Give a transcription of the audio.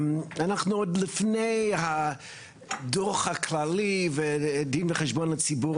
אנחנו עוד לפני הדוח הכללי ודין וחשבון לציבור